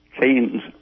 chains